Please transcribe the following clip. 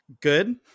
Good